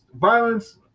Violence